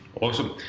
Awesome